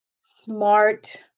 smart